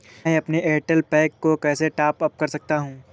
मैं अपने Airtel pack को कैसे टॉप अप कर सकता हूँ?